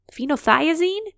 phenothiazine